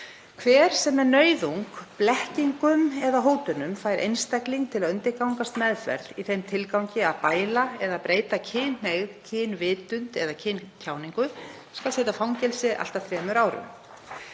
„Hver sem með nauðung, blekkingum eða hótunum fær einstakling til að undirgangast meðferð í þeim tilgangi að bæla eða breyta kynhneigð, kynvitund eða kyntjáningu hans skal sæta fangelsi allt að 3 árum.